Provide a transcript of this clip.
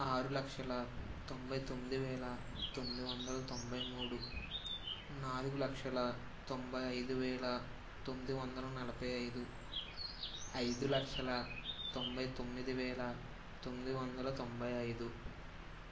ఆరు లక్షల తొంభై తొమ్మిది వేల తొమ్మిది వందల తొంభై మూడు నాలుగు లక్షల తొంభై ఐదు వేల తొమ్మిది వందల నలభై ఐదు ఐదు లక్షల తొంభై తొమ్మిది వేల తొమ్మిది వందల తొంభై ఐదు